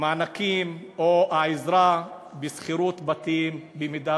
המענקים או העזרה בשכירות בתים במידה